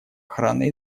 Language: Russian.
охраной